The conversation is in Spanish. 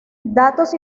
datos